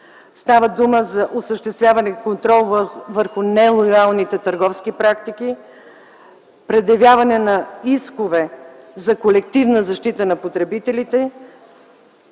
Става дума за осъществяване контрол върху нелоялните търговски практики, предявяване на искове за колективна защита на потребителите.